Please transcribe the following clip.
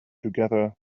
together